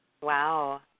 Wow